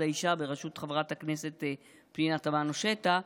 האישה בראשות חברת הכנסת פנינה תמנו שטה,